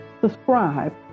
subscribe